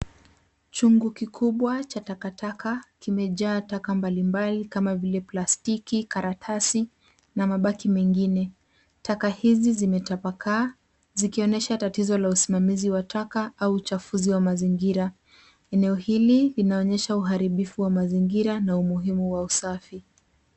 Chungu kikubwa cha takataka kimejaa taka mbalimbali kama vile plastiki, karatasi na mabaki mengine. Taka hizi zimetapakaa zikionyesha tatizo la usimamizi wa taka au uchafuzi wa mazingira. Eneo hili linaonyesha uharibifu wa mazingira na umuhimu wa usafi.